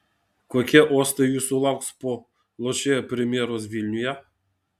kokie uostai jūsų lauks po lošėjo premjeros vilniuje